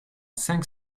cinq